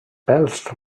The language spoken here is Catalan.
pèls